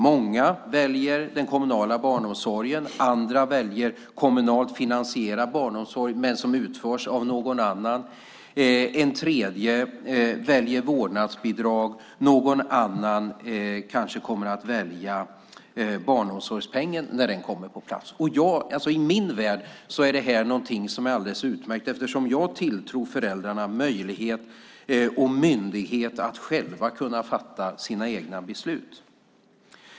Många väljer den kommunala barnomsorgen, andra väljer barnomsorg som är kommunalt finansierad men utförs av någon annan, och en tredje väljer vårdnadsbidrag. Någon annan kanske kommer att välja barnomsorgspengen när den kommer på plats. I min värld är detta något alldeles utmärkt eftersom jag tilltror föräldrarna möjlighet och myndighet att själva fatta sina egna beslut.